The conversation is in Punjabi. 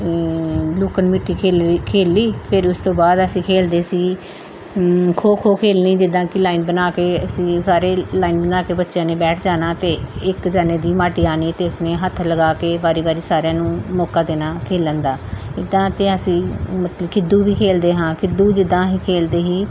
ਲੁੱਕਣ ਮੀਟੀ ਖੇ ਖੇਡੀ ਫਿਰ ਉਸ ਤੋਂ ਬਾਅਦ ਅਸੀਂ ਖੇਡਦੇ ਸੀ ਖੋ ਖੋ ਖੇਡਣੀ ਜਿੱਦਾਂ ਕਿ ਲਾਈਨ ਬਣਾ ਕੇ ਅਸੀਂ ਸਾਰੇ ਲਾਈਨ ਬਣਾ ਕੇ ਬੱਚਿਆਂ ਨੇ ਬੈਠ ਜਾਣਾ ਅਤੇ ਇੱਕ ਜਣੇ ਦੀ ਮਾਟੀ ਆਉਣੀ ਤਾਂ ਉਸ ਨੇ ਹੱਥ ਲਗਾ ਕੇ ਵਾਰੀ ਵਾਰੀ ਸਾਰਿਆਂ ਨੂੰ ਮੌਕਾ ਦੇਣਾ ਖੇਡਣ ਦਾ ਇੱਦਾਂ ਕਿ ਅਸੀਂ ਮਤਲਬ ਕਿ ਖਿੱਦੂ ਵੀ ਖੇਡਦੇ ਹਾਂ ਖਿੱਦੂ ਜਿੱਦਾਂ ਅਸੀਂ ਖੇਡਦੇ ਸੀ